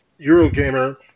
Eurogamer